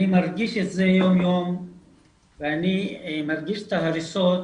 מרגיש את זה יום יום ואני מרגיש את ההריסות